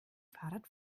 fahrrad